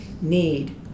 need